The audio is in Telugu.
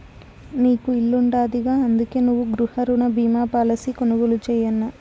నీకు ఇల్లుండాదిగా, అందుకే నువ్వు గృహరుణ బీమా పాలసీ కొనుగోలు చేయన్నా